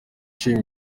nshima